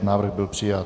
Návrh byl přijat.